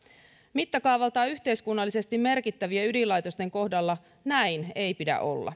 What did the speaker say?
mittakaavaltaan yhteiskunnallisesti merkittävien ydinlaitosten kohdalla näin ei pidä olla